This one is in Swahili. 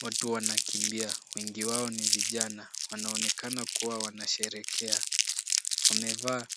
Watu wanakimbia. Wengi wao ni vijana. Wanaonekana kuwa wanasherehekea. Wamevaa